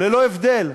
ללא הבדל.